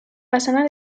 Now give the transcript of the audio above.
façana